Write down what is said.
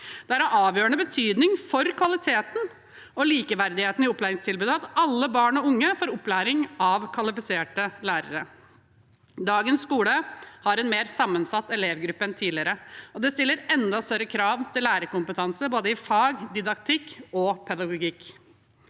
Det er av avgjørende betydning for kvaliteten og likeverdigheten i opplæringstilbudet at alle barn og unge får opplæring av kvalifiserte lærere. Dagens skole har en mer sammensatt elevgruppe enn tidligere, og det stiller enda større krav til lærerkompetanse både i fag, didaktikk og pedagogikk.